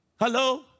Hello